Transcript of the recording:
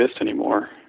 anymore